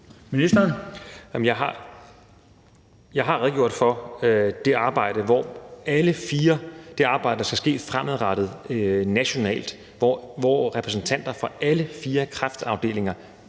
Jeg har redegjort for det arbejde, der skal ske fremadrettet nationalt, hvor repræsentanter fra alle fire kræftafdelinger